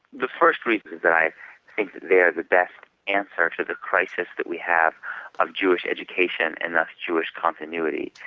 the first reason is that i think that they're the best answer to the crisis that we have of jewish education and thus jewish continuity.